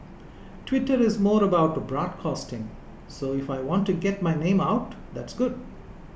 Twitter is more about broadcasting so if I want to get my name out that's good